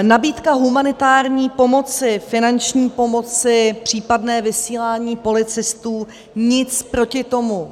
Nabídka humanitární pomoci, finanční pomoci, případné vysílání policistů nic proti tomu.